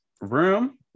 room